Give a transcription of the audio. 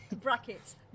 brackets